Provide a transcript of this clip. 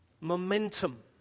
momentum